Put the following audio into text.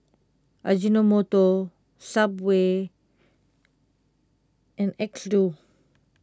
Ajinomoto Subway and Xndo